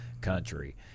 country